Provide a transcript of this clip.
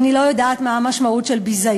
אני לא יודעת מה המשמעות של ביזיון.